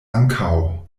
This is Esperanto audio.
ankaŭ